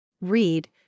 Read